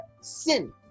sin